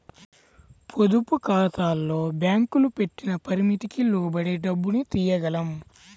పొదుపుఖాతాల్లో బ్యేంకులు పెట్టిన పరిమితికి లోబడే డబ్బుని తియ్యగలం